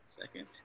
second